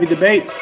Debate